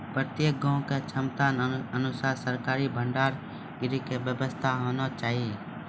प्रत्येक गाँव के क्षमता अनुसार सरकारी भंडार गृह के व्यवस्था होना चाहिए?